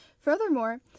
Furthermore